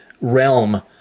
realm